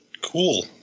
Cool